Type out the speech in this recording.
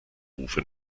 rufe